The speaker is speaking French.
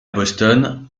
boston